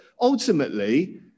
ultimately